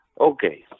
Okay